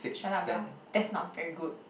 shut up lah that's not very good